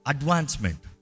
Advancement